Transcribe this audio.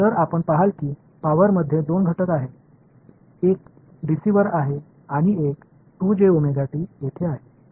तर आपण पहाल की पॉवरमध्ये 2 घटक आहेत एक डीसी वर आहे आणि एक येथे आहे